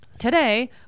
Today